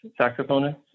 saxophonist